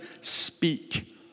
speak